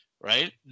right